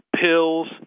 pills